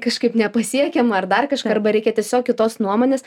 kažkaip nepasiekiama ar dar kažką arba reikia tiesiog kitos nuomonės